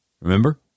Remember